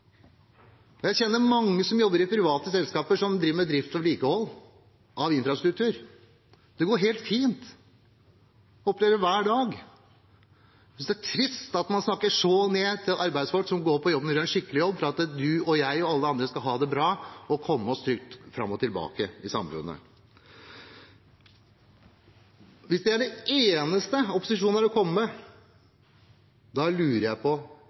dette. Jeg kjenner mange som jobber i private selskaper og driver med drift og vedlikehold av infrastruktur. Det går helt fint. Jeg opplever det hver dag. Jeg synes det er trist at man snakker så nedsettende om arbeidsfolk som går på jobb og gjør en skikkelig jobb for at du, jeg og andre skal ha det bra og komme oss trygt fram og tilbake i samfunnet. Hvis dette er det eneste opposisjonen har å komme med, lurer jeg på